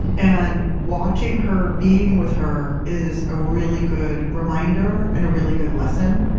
and watching her, being with her, is a really good reminder and a really good lesson.